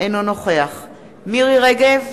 אינו נוכח מירי רגב,